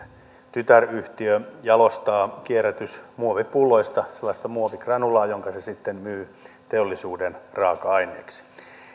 tytäryhtiö jalostaa kierrätysmuovipulloista sellaista muovigranulaa jonka se sitten myy teollisuuden raaka aineeksi